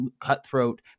cutthroat